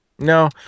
No